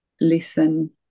listen